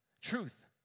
Truth